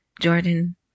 Jordan